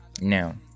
Now